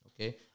Okay